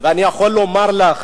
אני יכול לומר לך,